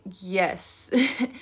yes